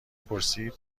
پرسید